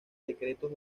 secretos